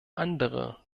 andere